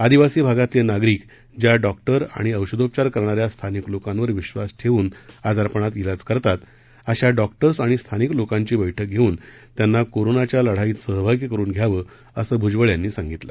आदिवासी भागातले नागरिक ज्या डॉक्टर आणि औषधोपचार करणाऱ्या स्थानिक लोकांवर विश्वास ठेवून आजारपणात इलाज करतात अशा डॉक्टर्स आणि स्थानिक लोकांची बैठक घेवून त्यांना कोरोनाच्या लढाईत सहभागी करून घ्यावं असं भ्जबळ यांनी सांगितलं